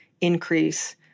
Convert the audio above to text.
increase